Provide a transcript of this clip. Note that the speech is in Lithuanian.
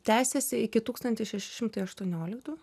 tęsėsi iki tūkstantis šeši šimtai aštuonioliktų